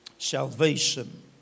Salvation